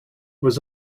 was